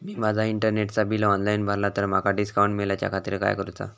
मी माजा इंटरनेटचा bill online भरला तर माका डिस्काउंट मिलाच्या खातीर काय करुचा?